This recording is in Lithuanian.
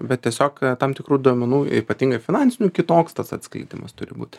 bet tiesiog tam tikrų duomenų ypatingai finansinių kitoks tas atskaitymas turi būt